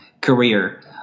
Career